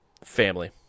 Family